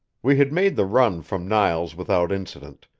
we had made the run from niles without incident,